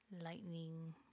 Lightning